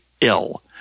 ill